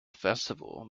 festival